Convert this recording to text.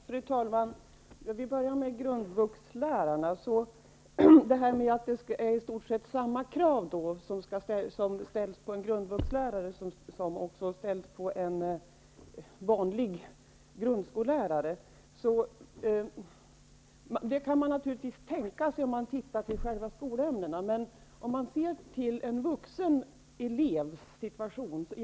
Fru talman! Jag vill börja med att säga något om att det skall ställas samma krav på en grundvuxlärare som på en vanlig grundskollärare. Man kan naturligtvis tänka sig detta om man ser på själva skolämnena. Men man måste se till en vuxen elevs situation.